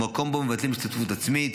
ובמקום שבו מבטלים השתתפויות עצמיות,